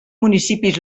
municipis